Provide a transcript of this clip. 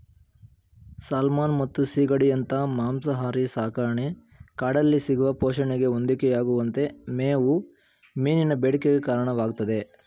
salmon ಮತ್ತು ಸೀಗಡಿಯಂತ ಮಾಂಸಾಹಾರಿ ಸಾಕಣೆ ಕಾಡಲ್ಲಿ ಸಿಗುವ ಪೋಷಣೆಗೆ ಹೊಂದಿಕೆಯಾಗುವಂತೆ ಮೇವು ಮೀನಿನ ಬೇಡಿಕೆಗೆ ಕಾರಣವಾಗ್ತದೆ